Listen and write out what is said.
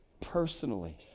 personally